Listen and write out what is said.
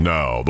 Now